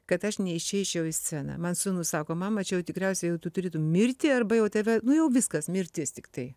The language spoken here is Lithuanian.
kad aš neišeičiau į sceną man sūnus sako mama čia jau tikriausiai jau tu turi tu mirti arba jau tave nu jau viskas mirtis tiktai